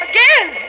Again